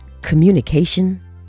communication